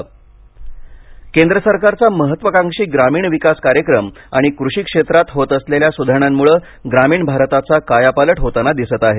tractor केंद्र सरकारचा महत्वाकांक्षी ग्रामीण विकास कार्यक्रम आणि कृषी क्षेत्रात होत असलेल्या सुधारणांमुळे ग्रामीण भारताचा कायापालट होताना दिसत आहे